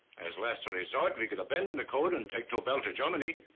as last resort we could abandon the code and take tobel to germany.